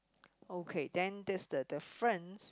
okay then this is the difference